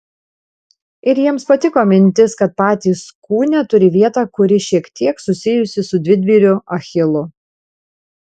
ir jiems patiko mintis kad patys kūne turi vietą kuri šiek tiek susijusi su didvyriu achilu